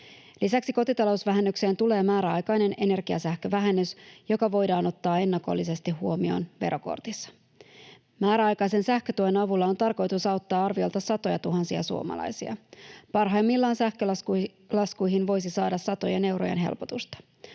Lisäksi kotitalousvähennykseen tulee määräaikainen energiasähkövähennys, joka voidaan ottaa ennakollisesti huomioon verokortissa. Määräaikaisen sähkötuen avulla on tarkoitus auttaa arviolta satojatuhansia suomalaisia. Parhaimmillaan sähkölaskuihin voisi saada satojen eurojen helpotusta.